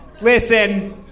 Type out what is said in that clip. listen